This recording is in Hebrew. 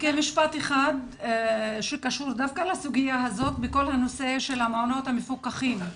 רק משפט אחד שקשור דווקא לסוגיה הזאת ובכל הנושא של המעונות המפוקחים.